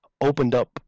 opened-up